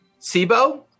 Sibo